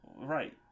right